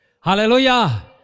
Hallelujah